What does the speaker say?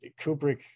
Kubrick